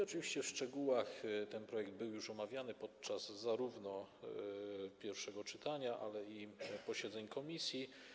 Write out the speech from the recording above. Oczywiście w szczegółach ten projekt był już omawiany podczas zarówno pierwszego czytania, jak i posiedzeń komisji.